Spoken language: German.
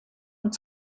und